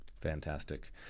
Fantastic